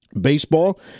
Baseball